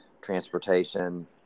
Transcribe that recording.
transportation